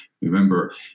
remember